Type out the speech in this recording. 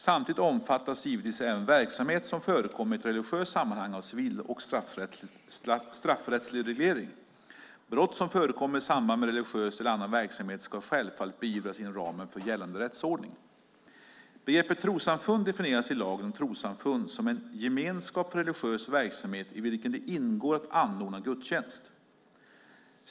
Samtidigt omfattas givetvis även verksamhet som förekommer i ett religiöst sammanhang av civil och straffrättslig reglering. Brott som förekommer i samband med religiös eller annan verksamhet ska självfallet beivras inom ramen för gällande rättsordning. Begreppet trossamfund definieras i lagen om trossamfund som "en gemenskap för religiös verksamhet, i vilken det ingår att anordna gudstjänst".